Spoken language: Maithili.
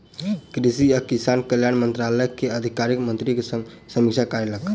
कृषि आ किसान कल्याण मंत्रालय के अधिकारी मंत्री के संग समीक्षा कयलक